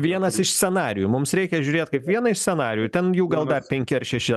vienas iš scenarijų mums reikia žiūrėt kaip vieną iš scenarijų ten jų gal dar penki ar šeši